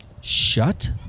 shut